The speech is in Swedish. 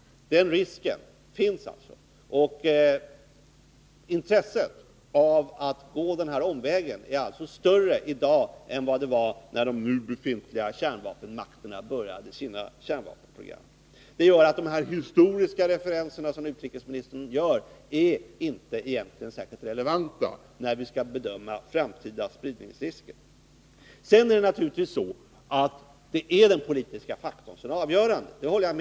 Det finns alltså en sådan risk, och intresset för att gå denna omväg är i dag större än det var när de nu befintliga kärnvapenmakterna började sina kärnvapenprogram. Det gör att de historiska referenser som utrikesministern gör inte är särskilt relevanta när det gäller att bedöma framtida spridningsrisker. Jag håller naturligtvis vidare med om att den politiska faktorn är avgörande.